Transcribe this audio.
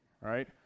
right